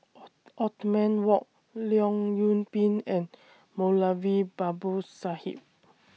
Othman Wok Leong Yoon Pin and Moulavi Babu Sahib